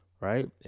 right